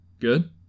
Good